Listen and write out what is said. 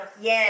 Yes